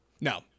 No